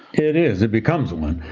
it is, it becomes one.